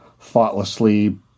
thoughtlessly